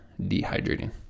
dehydrating